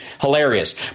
hilarious